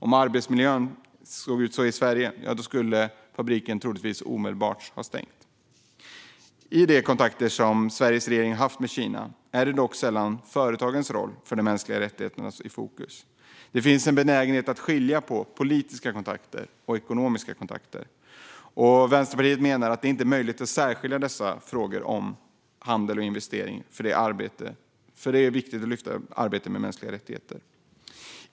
Om arbetsmiljön såg ut så i Sverige skulle fabriken troligtvis omedelbart stängas. I de kontakter som Sveriges regering har haft med Kina är det dock sällan som företagens roll för de mänskliga rättigheterna står i fokus. Det finns en benägenhet att skilja mellan politiska kontakter och ekonomiska kontakter. Vänsterpartiet menar att det inte är möjligt att särskilja frågor om handel och investeringar från arbetet med mänskliga rättigheter och att det är viktigt att lyfta fram det arbetet.